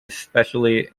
especially